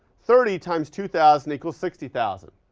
thirty times two thousand equals sixty thousand.